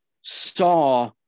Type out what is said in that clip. saw